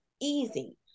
easy